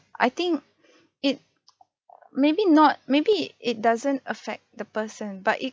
I think it maybe not maybe it doesn't effect the person but it